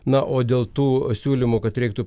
na o dėl tų siūlymų kad reiktų